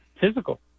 physical